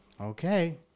Okay